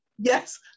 Yes